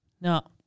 No